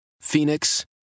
Phoenix